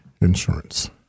Insurance